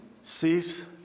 cease